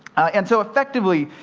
and so, effectively,